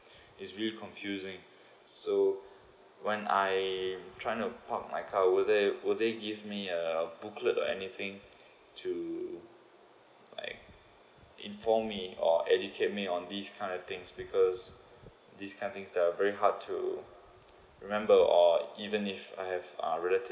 it's really confusing so when I trying to park my car over there will they give me a booklet or anything to like inform me or educate me on these kind of things because these kind things that are very hard to remember or even if I have uh relatives